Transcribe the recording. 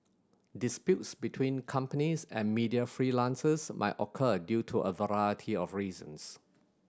disputes between companies and media freelancers might occur due to a of reasons